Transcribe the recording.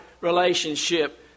relationship